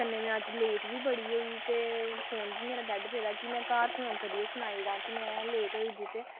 कन्नै में अज्ज लेट बी बड़ी होई ते फोन बी मेरा डैड पेदा कि घर फोन करियै सनाई ओड़ां कि में लेट होई दी ते